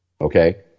okay